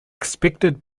expected